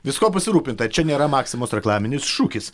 viskuo pasirūpinta čia nėra maximos reklaminis šūkis